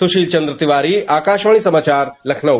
सुशील चन्द्र तिवारी आकाशवाणी समाचार लखनऊ